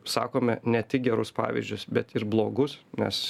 sakome ne tik gerus pavyzdžius bet ir blogus nes